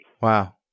Wow